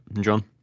John